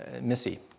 Missy